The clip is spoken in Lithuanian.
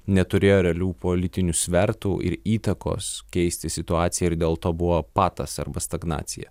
neturėjo realių politinių svertų ir įtakos keisti situaciją ir dėl to buvo patas arba stagnacija